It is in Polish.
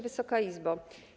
Wysoka Izbo!